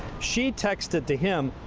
she texted to him,